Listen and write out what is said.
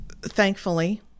Thankfully